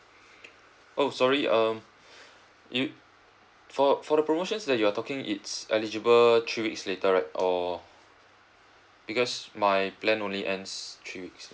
oh sorry um you for for the promotions that you're talking it's eligible three weeks later right or because my plan only ends three weeks